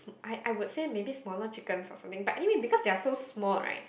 I I would maybe smaller chicken or something but anyway because they are so small right